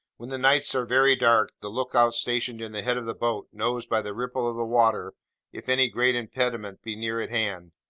when the nights are very dark, the look-out stationed in the head of the boat, knows by the ripple of the water if any great impediment be near at hand,